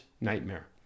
nightmare